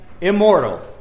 immortal